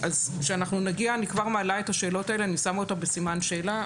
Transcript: אני כבר עכשיו מעלה את השאלות האלה ושמה אותן בסימן שאלה.